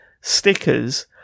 stickers